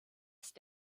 ist